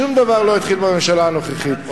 שום דבר לא התחיל בממשלה הנוכחית.